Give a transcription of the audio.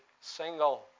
single